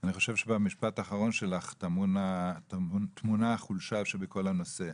אני חושב שבמשפט האחרון שלך טמונה החולשה שבכל הנושא,